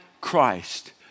Christ